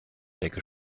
decke